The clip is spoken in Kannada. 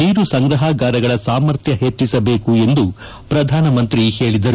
ನೀರು ಸಂಗ್ರಹಗಾರಗಳ ಸಾಮರ್ಥ್ಯ ಹೆಚ್ಚಿಸಬೇಕು ಎಂದು ಪ್ರಧಾನ ಮಂತ್ರಿ ಹೇಳಿದರು